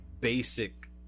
basic